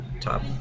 top